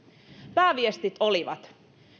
pääviestit olivat